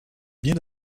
bien